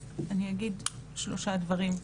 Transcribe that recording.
אז אני אגיד שלושה דברים.